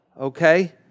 okay